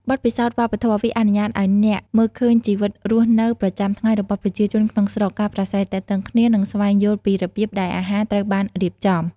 បទពិសោធន៍វប្បធម៌ វាអនុញ្ញាតឲ្យអ្នកមើលឃើញជីវិតរស់នៅប្រចាំថ្ងៃរបស់ប្រជាជនក្នុងស្រុក ការប្រាស្រ័យទាក់ទងគ្នា និងស្វែងយល់ពីរបៀបដែលអាហារត្រូវបានរៀបចំ។